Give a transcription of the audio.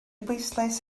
bwyslais